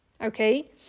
Okay